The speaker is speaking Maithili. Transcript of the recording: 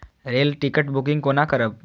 रेल टिकट बुकिंग कोना करब?